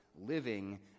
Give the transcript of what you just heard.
living